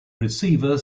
receiver